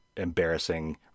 embarrassing